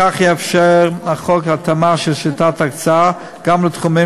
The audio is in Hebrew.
בכך יאפשר החוק התאמה של שיטת ההקצאה גם לתחומים